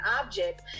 object